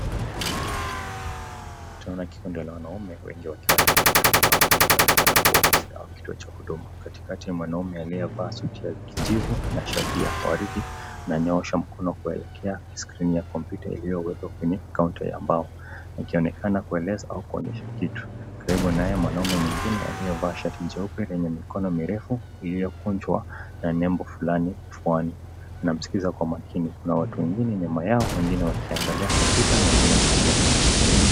Tunaona kikundi la wanaume wengi wakiwa ndani ya chumba kinachoonekana kuwa ofisi au kituo cha huduma. Katikati mwanaume aliyevaa suti ya kijivu na shati ya waridi ananyoosha mkono kuelekea skrini ya kompyuta iliyowekwa kwenye kaunta ya mbao ikionekana kueleza au kuonyesha kitu. Karibu naye mwanaume mwingine aliyevaa shati jeupe lenye mikono mirefu iliyokunjwa na nembo fulani kifuani anamsikiza kwa makini. Kuna watu wengine nyuma yao, wengine wakiangalia kompyuta na wengine wakisimama kwa kikundi.